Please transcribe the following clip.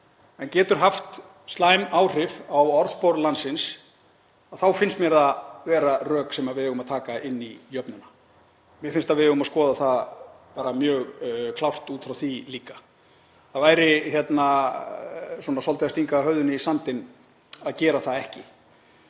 en getur haft slæm áhrif á orðspor landsins, þá finnst mér það vera rök sem við eigum að taka inn í jöfnuna. Mér finnst að við eigum að skoða það mjög klárt út frá því líka. Það væri svolítið að stinga höfðinu í sandinn að gera það ekki.